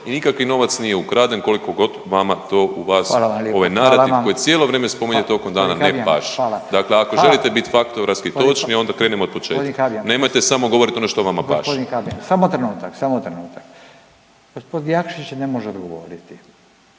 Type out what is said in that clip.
i nikakvi novac nije ukraden koliko god vama to u vas ovaj narativ koji cijelo vrijeme spominjete tokom dana ne paše. Dakle, ako želite bit faktografski točni onda krenimo otpočetka, nemojte samo govorit samo ono što vama paše. **Radin, Furio (Nezavisni)** Gospodin Habijan, g.